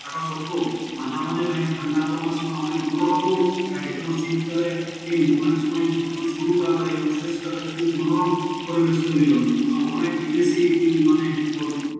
থাকা সত্ত্বেও মাঝামাঝি প্রায় ঠান্ডা গরমের সময় অনেক মনোরমও থাকে যেমন শীতকালে এই অনেক সময় প্রথম শুরুটা এবং শেষটাতে খুব মনোরম করে বেশ তৈরি হয় এবং অনেক বিদেশি এই মানে পর